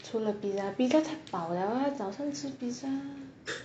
除了 pizza pizza 太饱了早上吃 pizza